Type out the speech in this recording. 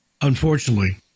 Unfortunately